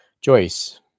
Joyce